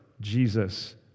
Jesus